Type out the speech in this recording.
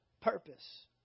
purpose